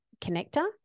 connector